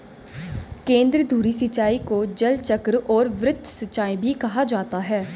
केंद्रधुरी सिंचाई को जलचक्र और वृत्त सिंचाई भी कहा जाता है